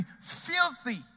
filthy